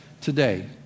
today